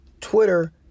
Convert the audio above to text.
Twitter